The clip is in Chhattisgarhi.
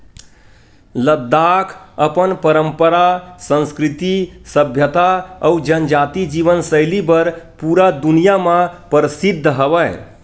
लद्दाख अपन पंरपरा, संस्कृति, सभ्यता अउ जनजाति जीवन सैली बर पूरा दुनिया म परसिद्ध हवय